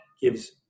gives